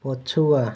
ପଛୁଆ